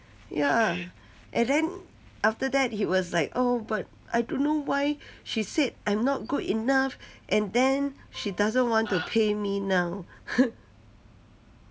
ya and then after that he was like oh but I don't know why she said I'm not good enough and then she doesn't want to pay me now